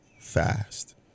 fast